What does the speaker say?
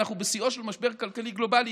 אנחנו בשיאו של משבר כלכלי גלובלי,